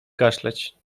kaszleć